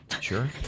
Sure